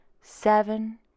seven